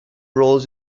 roles